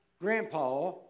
grandpa